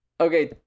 Okay